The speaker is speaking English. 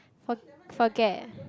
for~ forget